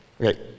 Okay